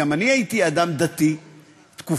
גם אני הייתי אדם דתי תקופה,